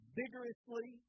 vigorously